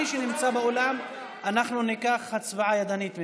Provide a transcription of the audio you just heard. מי שנמצא באולם, אנחנו ניקח הצבעה ידנית ממנו.